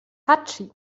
hatschi